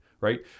right